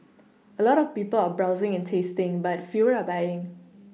a lot of people are browsing and tasting but fewer are buying